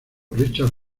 richard